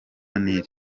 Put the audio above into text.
nil